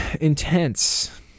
Intense